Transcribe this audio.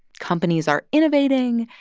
companies are innovating,